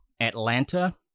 Atlanta